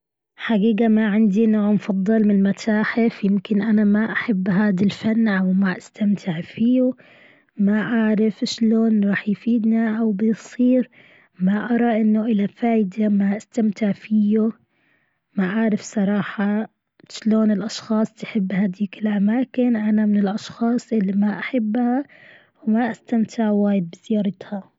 حقيقة ما عندي نعم أفضل من المتاحف يمكن أنا ما أحب هدا الفن أو ما أستمتع فيه. ما أعرف شلون راح يفيدنا أو بيصير ما أرى أنه اله فايدة ما أستمتع فيه. ما عارف صراحة شلون الأشخاص تحب هديك الأماكن أنا من الأشخاص اللي ما أحبها وما أستمتع وايد بزيارتها.